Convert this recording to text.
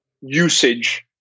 usage